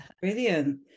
brilliant